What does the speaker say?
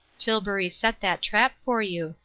tilbury set that trap for you.